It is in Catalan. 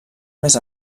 més